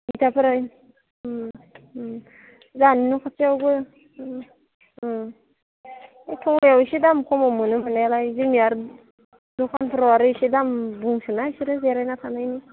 इथाफोरा जोंहानि न' खाथियावबो बे टंलायाव एसे दाम खमाव मोनो मोननायालाय जोंनिया आरो दखानफोराव आरो इसे दाम बुंसोयोना बिसोरो जिरायना थानायनि